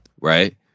Right